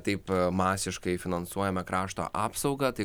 taip masiškai finansuojame krašto apsaugą tai